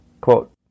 Quote